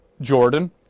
Jordan